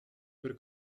per